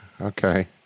Okay